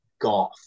golf